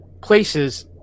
places